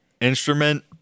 instrument